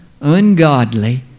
ungodly